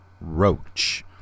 Roach